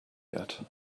yet